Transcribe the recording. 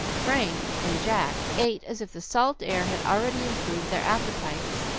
frank and jack ate as if the salt air had already improved their appetites,